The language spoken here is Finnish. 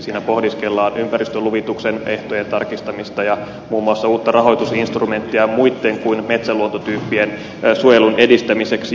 siinä pohdiskellaan ympäristöluvituksen ehtojen tarkistamista ja muun muassa uutta rahoitusinstrumenttia muitten kuin metsäluontotyyppien suojelun edistämiseksi